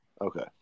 Okay